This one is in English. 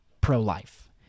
pro-life